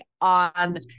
on